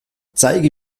zeige